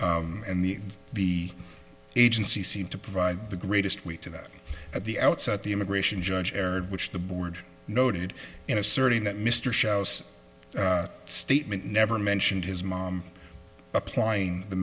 the the agency seemed to provide the greatest week to that at the outset the immigration judge erred which the board noted in asserting that mr shows statement never mentioned his mom applying the